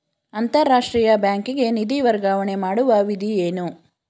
ಅಂತಾರಾಷ್ಟ್ರೀಯ ಬ್ಯಾಂಕಿಗೆ ನಿಧಿ ವರ್ಗಾವಣೆ ಮಾಡುವ ವಿಧಿ ಏನು?